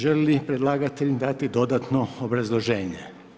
Želi li predlagatelj dati dodatno obrazloženje?